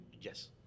yes